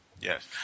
Yes